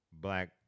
Black